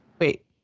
Wait